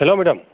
हेल' madam